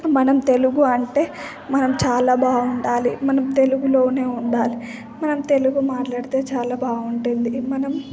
మనం తెలుగు అంటే మనం చాలా బాగుండాలి మనం తెలుగులోనే ఉండాలి మనం తెలుగు మాట్లాడితే చాలా బాగుంటుంది మనం